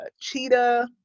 cheetah